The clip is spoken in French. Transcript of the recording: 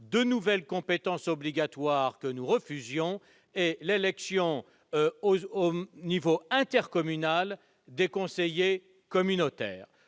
de nouvelles compétences obligatoires, que nous refusions, et l'élection au niveau intercommunal des conseillers communautaires-